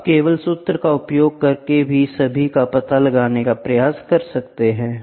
आप केवल सूत्र का उपयोग करके सभी का पता लगाने का प्रयास कर सकते हैं